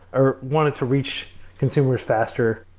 or wanted to reach consumers faster,